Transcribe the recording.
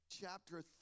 chapter